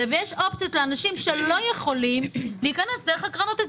ויש אופציות לאנשים שלא יכולים להיכנס דרך הקרנות האלה